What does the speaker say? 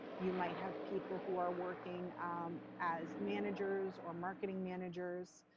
you might have people who are working as managers or marketing managers.